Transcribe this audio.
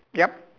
yup